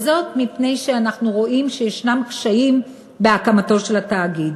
וזאת מפני שאנחנו רואים שיש קשיים בהקמתו של התאגיד.